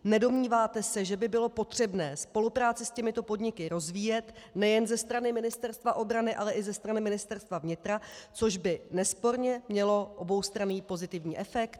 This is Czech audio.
Nedomníváte se, že by bylo potřebné spolupráci s těmito podniky rozvíjet nejen ze strany Ministerstva obrany, ale i ze strany Ministerstva vnitra, což by nesporně mělo oboustranný pozitivní efekt?